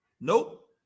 Nope